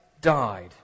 died